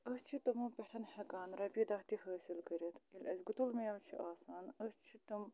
أسۍ چھِ تِمو پٮ۪ٹھ ہٮ۪کان رۄپیہِ دہ تہِ حٲصِل کٔرِتھ ییٚلہِ اَسہِ گُتُل مٮ۪وٕ چھُ آسان أسۍ چھِ تِم